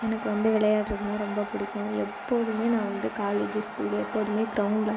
எனக்கு வந்து விளையாடுறதுன்னா ரொம்ப பிடிக்கும் எப்போதுமே நான் வந்து காலேஜ் ஸ்கூல் எப்போதுமே கிரௌண்ட்ல தான் இருப்பேன்